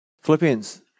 Philippians